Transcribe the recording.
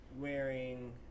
wearing